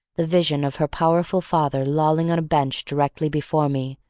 the vision of her powerful father lolling on a bench directly before me,